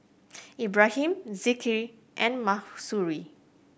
Ibrahim Zikri and Mahsuri